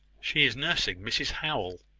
she is nursing mrs howell.